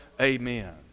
Amen